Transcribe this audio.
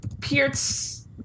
Pierce